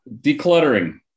decluttering